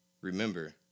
remember